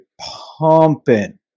pumping